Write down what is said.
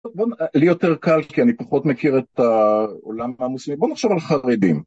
לי יותר קל כי אני פחות מכיר את העולם המוסלמי, בוא נחשוב על חרדים.